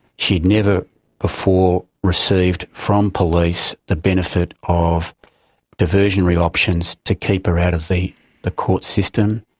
she'd never before received from police the benefit of diversionary options to keep her out of the the court system.